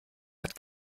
hat